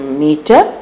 meter